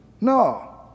No